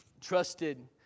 trusted